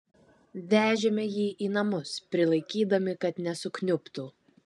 vežėme jį į namus prilaikydami kad nesukniubtų